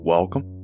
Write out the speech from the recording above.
Welcome